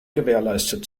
gewährleistet